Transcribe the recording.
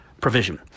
provision